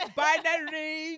binary